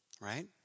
right